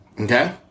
Okay